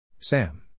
Sam